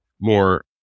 more